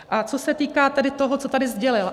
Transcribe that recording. A co se týká tedy toho, co tady sdělil.